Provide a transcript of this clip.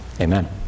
Amen